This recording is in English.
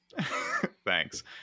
thanks